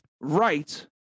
right